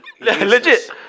Legit